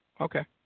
Okay